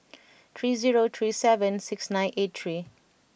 three zero three seven six nine eight three